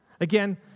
Again